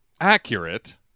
accurate